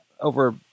over